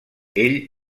ell